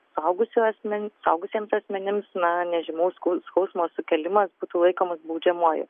suaugusio asmens suaugusiems asmenims na nežymaus skau skausmo sukėlimas būtų laikomas baudžiamuoju